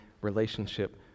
relationship